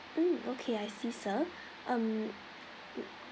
okay I see sir um